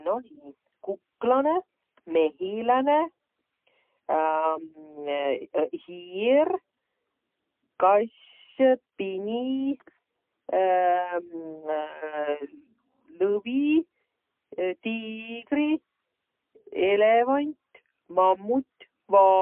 Nonii, kuklanõ, mehiläne, hiir, kass, pini, lõvi, tiigri, elevant, mammut, vaal.